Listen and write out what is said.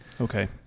Okay